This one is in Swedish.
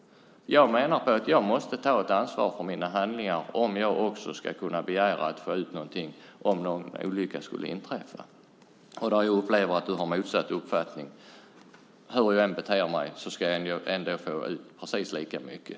Jag menar att jag måste ta ett ansvar för mina handlingar om jag ska kunna begära att få ut någonting om en olycka skulle inträffa. Där upplever jag att du har motsatt uppfattning: Hur jag än beter mig ska jag få ut precis lika mycket.